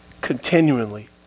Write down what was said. continually